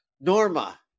Norma